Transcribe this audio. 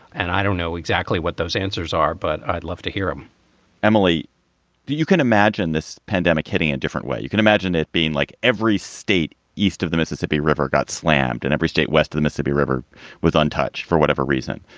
and i don't know exactly what those answers are, but i'd love to hear them um emily, do you can imagine this pandemic hitting a and different way? you can imagine it being like every state east of the mississippi river got slammed and every state west of the mississippi river was untouched for whatever reason.